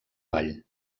vall